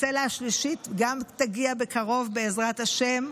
הצלע השלישית גם תגיע בקרוב, בעזרת השם,